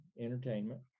entertainment